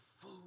food